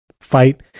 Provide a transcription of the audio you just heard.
fight